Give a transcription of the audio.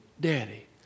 daddy